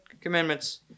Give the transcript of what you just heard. commandments